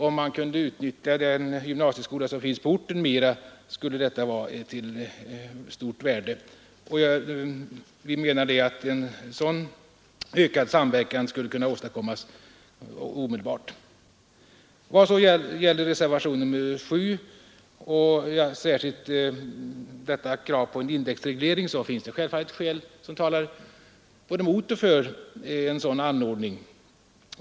Om man kunde utnyttja den gymnasieskola som finns på orten mera, skulle detta vara av stort värde. Vi menar att en sådan ökad samverkan skulle kunna åstadkommas omedelbart. I vad sedan gäller kravet på indexreglering i reservationen A 7 finns det självfallet skäl som talar både mot och för en sådan anordning.